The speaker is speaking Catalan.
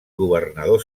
governador